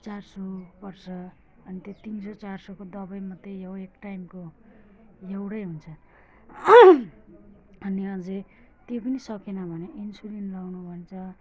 चार सौ पर्छ अनि त्यो तिन सौ चार सौको दबाई मात्रै यो एक टाइमको एउटै हुन्छ अनि अझै त्यो पनि सकिएन भने इन्सुलिन लगाउनु भन्छ